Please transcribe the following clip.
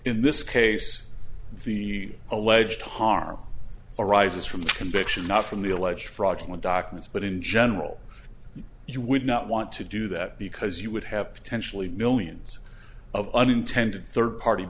in this case the alleged harm arises from the conviction not from the alleged fraudulent documents but in general you would not want to do that because you would have potentially millions of unintended third party